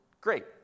great